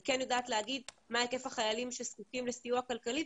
אני כן יודעת להגיד מה היקף החיילים שזקוקים לסיוע כלכלי,